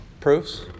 Proofs